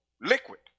liquid